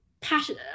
passion